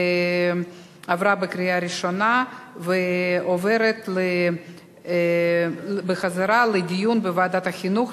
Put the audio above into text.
עברה בקריאה ראשונה ועוברת בחזרה לדיון בוועדת החינוך,